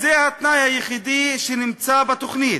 אז זה התנאי היחידי שנמצא בתוכנית.